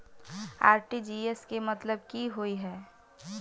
RTGS केँ मतलब की होइ हय?